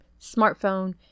smartphone